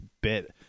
bit